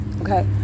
okay